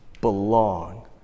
belong